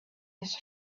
his